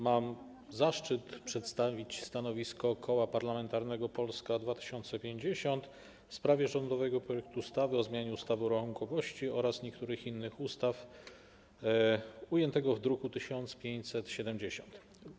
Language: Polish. Mam zaszczyt przedstawić stanowisko Koła Parlamentarnego Polska 2050 w sprawie rządowego projektu ustawy o zmianie ustawy o rachunkowości oraz niektórych innych ustaw, ujętego w druku nr 1570.